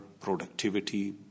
productivity